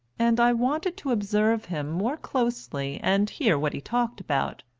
and i wanted to observe him more closely and hear what he talked about.